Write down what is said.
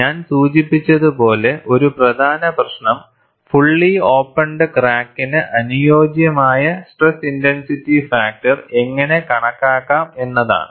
ഞാൻ സൂചിപ്പിച്ചതുപോലെ ഒരു പ്രധാന പ്രശ്നം ഫുള്ളി ഓപ്പൺഡ് ക്രാക്കിന് അനുയോജ്യമായ സ്ട്രെസ് ഇൻടെൻസിറ്റി ഫാക്ടർ എങ്ങനെ കണക്കാക്കാം എന്നതാണ്